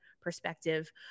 perspective